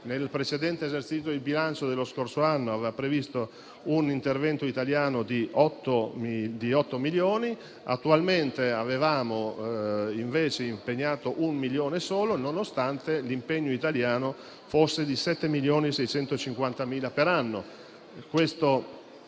nel precedente esercizio di bilancio dello scorso anno si era previsto un intervento italiano di otto milioni; attualmente abbiamo impegnato solamente un milione nonostante l'impegno italiano fosse di 7.650.000 per anno.